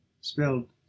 spelled